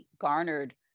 garnered